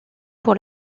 pour